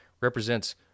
represents